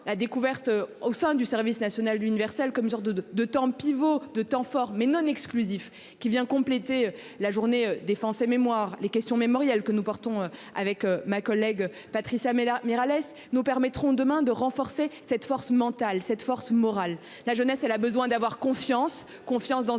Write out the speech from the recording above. la découverte au sein du service national universel comme genre de de de temps pivot de temps fort mais non exclusif qui vient compléter la journée défense mémoire les questions mémorielles que nous portons avec ma collègue Patricia mais l'Amiral nous permettront demain de renforcer cette force mentale cette force morale la jeunesse elle a besoin d'avoir confiance, confiance dans nos